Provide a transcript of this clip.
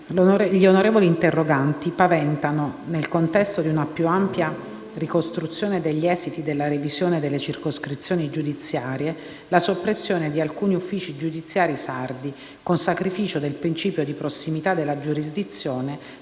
gli onorevoli interroganti paventano - nel contesto di una più ampia ricostruzione degli esiti della revisione delle circoscrizioni giudiziarie - la soppressione di alcuni uffici giudiziari sardi, con sacrificio del principio di prossimità della giurisdizione,